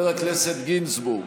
וחבר הכנסת גינזבורג,